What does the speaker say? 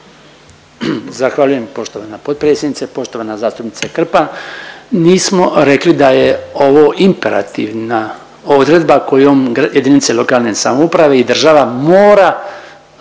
Zahvaljujem poštovana potpredsjednice. Poštovana zastupnice Krpan, nismo rekli da je ovo imperativna odredba kojom jedinice lokalne samouprave i država mora